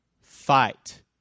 fight